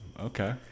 Okay